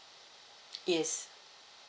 yes